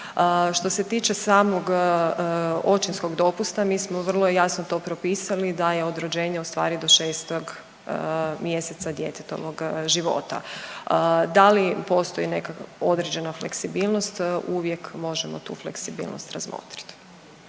Što se tiče samog očinskog dopusta mi smo vrlo jasno to propisali da je od rođenja ustvari do 6 mjeseca djetetovog života. Da li postoji nekakva određena fleksibilnost uvijek možemo tu fleksibilnost razmotriti.